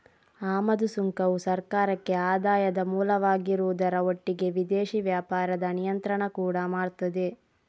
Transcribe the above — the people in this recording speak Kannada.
ಆಮದು ಸುಂಕವು ಸರ್ಕಾರಕ್ಕೆ ಆದಾಯದ ಮೂಲವಾಗಿರುವುದರ ಒಟ್ಟಿಗೆ ವಿದೇಶಿ ವ್ಯಾಪಾರದ ನಿಯಂತ್ರಣ ಕೂಡಾ ಮಾಡ್ತದೆ